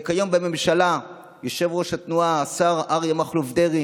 וכיום בממשלה יושב-ראש התנועה השר אריה מכלוף דרעי